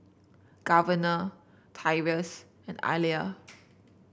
Governor Tyrus and Alia